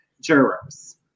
jurors